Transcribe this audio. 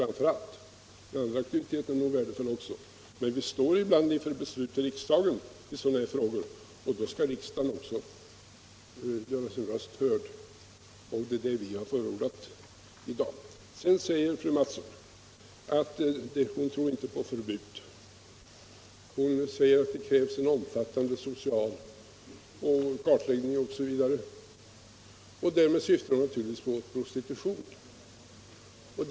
Andra aktiviteter är nog också värdefulla, men vi står ibland inför riksdagsbeslut i sådana här frågor. och då skall riksdagen också göra sin röst hörd. Det är det vi har förordat i dag. Fröken Mattson tror inte på förbud, utan menar att det krävs en omfattande social kartläggning osv. Därvid syftar hon naturligtvis på prostitutionen.